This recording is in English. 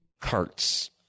carts